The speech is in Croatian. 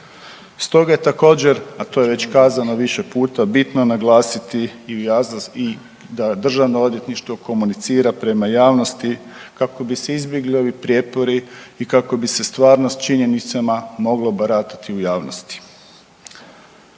Stoga je također, a to je već kazano više puta bitno naglasiti da državno odvjetništvo komunicira prema javnosti kako bi se izbjegli ovi prijepori i kako bi se stvarno s činjenicama moglo baratati u javnosti.